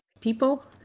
people